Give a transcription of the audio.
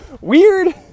weird